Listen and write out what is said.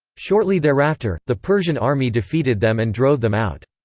shortly thereafter, the persian army defeated them and drove them out.